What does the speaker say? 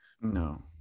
No